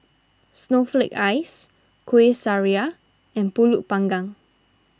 Snowflake Ice Kueh Syara and Pulut Panggang